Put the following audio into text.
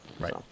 right